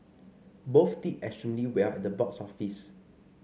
both did extremely well at the box office